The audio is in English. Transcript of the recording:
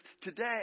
today